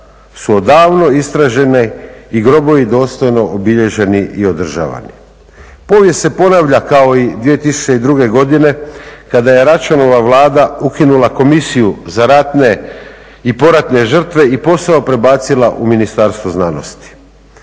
su odavno istraženi i grobovi dostojno obilježeni i održavani. Povijest se ponavlja kao i 2002.godine kada je Račanova vlada ukinula komisiju za ratne i poratne žrtva i posao prebacila u Ministarstvo znanosti.